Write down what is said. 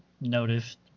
noticed